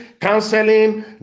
counseling